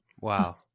Wow